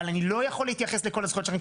אבל אני לא יכול להתייחס לכל הזכויות שלכם,